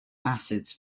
acids